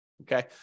Okay